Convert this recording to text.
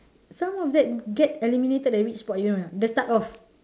some of that get eliminated at which spot you know or not the start of